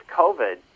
covid